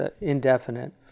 indefinite